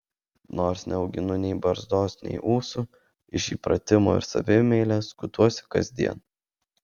nors neauginu nei barzdos nei ūsų iš įpratimo ir savimeilės skutuosi kasdien